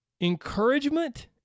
Encouragement